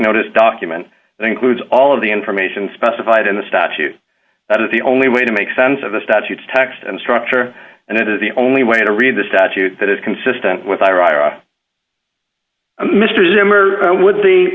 notice document that includes all of the information specified in the statute that is the only way to make sense of the statutes text and structure and it is the only way to read the statute that is consistent with iraq mister zimmer would